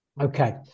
Okay